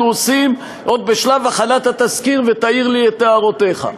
עושים עוד בשלב הכנת התסקיר ותעיר לי את הערותיך.